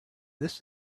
this